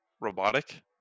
robotic